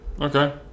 Okay